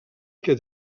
que